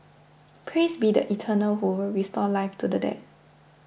praise be the Eternal who will restore life to the dead